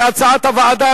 כהצעת הוועדה.